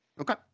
Okay